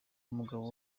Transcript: umugabo